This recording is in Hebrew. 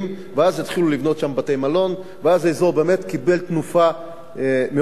ואז התחילו לבנות שם בתי-מלון ואז האזור באמת קיבל תנופה גדולה מאוד.